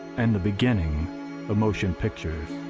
and the beginning of motion pictures.